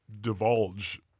divulge